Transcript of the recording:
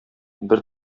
бер